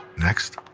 next,